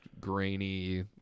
grainy